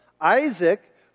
Isaac